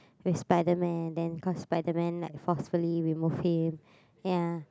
with SpiderMan then cause SpiderMan like forcefully remove him ya